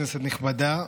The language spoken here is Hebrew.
כנסת נכבדה,